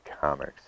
Comics